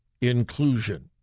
inclusion